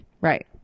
right